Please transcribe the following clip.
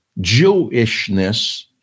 Jewishness